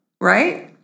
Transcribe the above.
Right